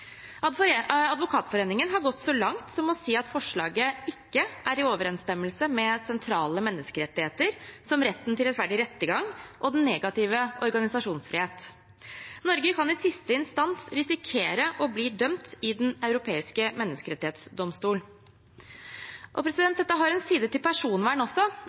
Advokatforeningen har gått så langt som å si at forslaget ikke er i overensstemmelse med sentrale menneskerettigheter, som retten til rettferdig rettergang og den negative organisasjonsfrihet. Norge kan i siste instans risikere å bli dømt i den europeiske menneskerettighetsdomstol. Dette har også en side til personvern.